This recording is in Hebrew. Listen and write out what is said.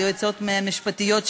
ליועצות המשפטיות,